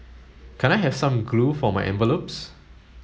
can I have some glue for my envelopes